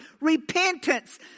Repentance